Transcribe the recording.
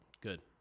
Good